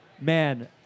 man